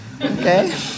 okay